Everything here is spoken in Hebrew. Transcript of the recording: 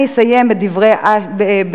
אני אסיים את דברי בהשאלה.